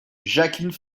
jacqueline